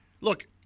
look